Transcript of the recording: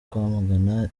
kwamagana